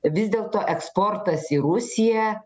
vis dėlto eksportas į rusiją